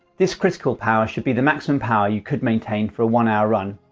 this critical power should be the maximum power you could maintain for a one hour run.